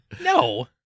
No